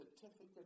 certificate